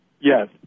Yes